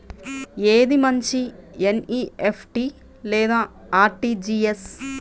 ఏది మంచి ఎన్.ఈ.ఎఫ్.టీ లేదా అర్.టీ.జీ.ఎస్?